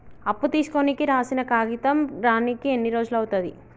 అప్పు తీసుకోనికి రాసిన కాగితం రానీకి ఎన్ని రోజులు అవుతది?